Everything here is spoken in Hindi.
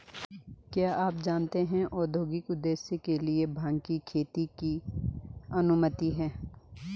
क्या आप जानते है औद्योगिक उद्देश्य के लिए भांग की खेती की अनुमति है?